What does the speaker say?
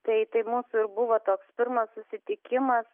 tai tai mūsų ir buvo toks pirmas susitikimas